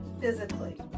physically